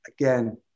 again